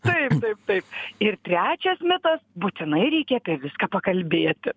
taip taip taip ir trečias mitas būtinai reikia apie viską pakalbėti